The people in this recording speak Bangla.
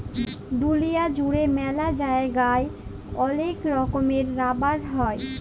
দুলিয়া জুড়ে ম্যালা জায়গায় ওলেক রকমের রাবার হ্যয়